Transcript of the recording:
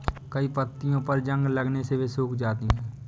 कई पत्तियों पर जंग लगने से वे सूख जाती हैं